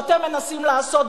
שאתם מנסים לעשות,